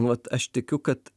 vat aš tikiu kad